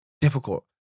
difficult